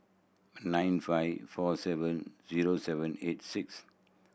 nine five four seven zero seven eight six